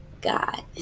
God